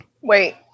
Wait